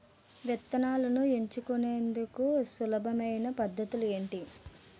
విత్తనాలను ఎంచుకునేందుకు సులభమైన పద్ధతులు ఏంటి?